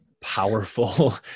powerful